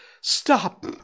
stop